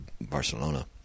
Barcelona